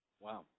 Wow